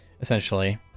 essentially